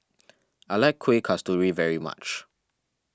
I like Kuih Kasturi very much